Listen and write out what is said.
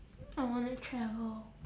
I want to travel